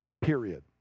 period